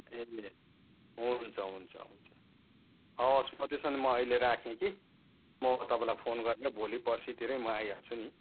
ए हुन्छ हुन्छ हुन्छ हवस् म त्यसो भने म अहिले राखेँ कि म तपाईँलाई फोन गरेर भोलि पर्सीतिरै म आइहाल्छु नि